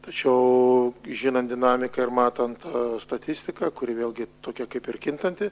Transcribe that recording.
tačiau žinant dinamiką ir matant statistiką kuri vėlgi tokia kaip ir kintanti